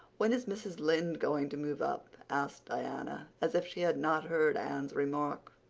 when is mrs. lynde going to move up? asked diana, as if she had not heard anne's remark.